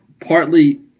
partly